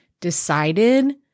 decided